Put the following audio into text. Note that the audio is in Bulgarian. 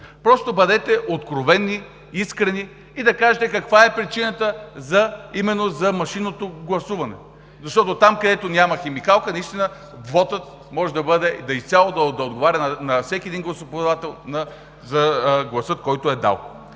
Просто бъдете откровени, искрени и кажете каква именно е причината за машинното гласуване, защото там, където няма химикалка, наистина вотът може изцяло да отговаря на всеки един гласоподавател за гласа, който е дал.